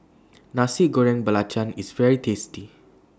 Nasi Goreng Belacan IS very tasty